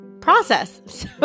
process